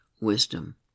wisdom